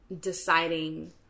deciding